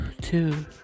two